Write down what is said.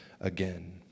again